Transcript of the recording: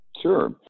Sure